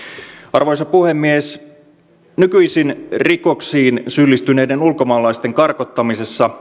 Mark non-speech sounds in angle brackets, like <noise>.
arvoisa puhemies nykyisin rikoksiin syyllistyneiden ulkomaalaisten karkottamisessa <unintelligible>